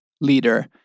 leader